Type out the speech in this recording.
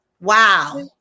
wow